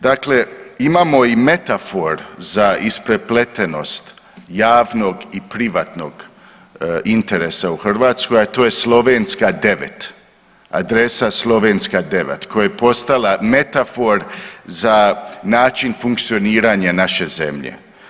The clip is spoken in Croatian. Dakle, imamo i metafor za isprepletenost javnog i privatnog interesa u Hrvatskoj, a to je Slovenska 9, adresa Slovenska 9 koja je postala metafor za način funkcioniranja naše zemlje.